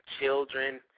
children